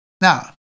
Now